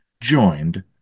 joined